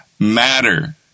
Matter